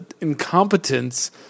incompetence